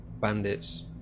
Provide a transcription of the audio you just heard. bandits